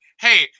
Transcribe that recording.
Hey